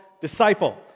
Disciple